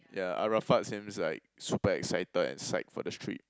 ya Arafat seems like super excited and psyched for the street